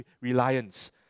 reliance